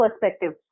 perspective